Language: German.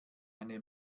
eine